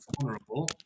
vulnerable